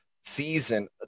season